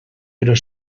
però